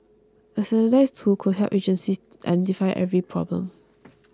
a standardised tool could help agencies identify every problem